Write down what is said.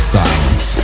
silence